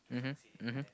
mmhmm mmhmm